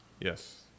Yes